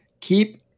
Keep